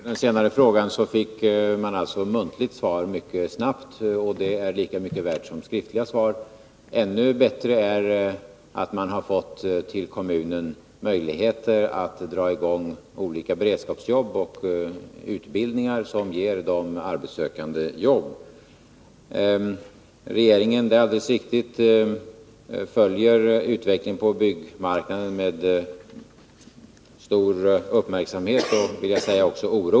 Herr talman! Som svar på den sista frågan vill jag säga att kommunen fick muntligt svar mycket snabbt, och att muntliga svar är lika mycket värda som skriftliga. Ännu bättre är det att kommunen har fått möjligheter att sätta i gång olika beredskapsarbeten och utbildningar som leder till att de arbetssökande kan få jobb. Det är riktigt att regeringen följer utvecklingen på byggmarknaden med stor uppmärksamhet och — det vill jag tillägga — också oro.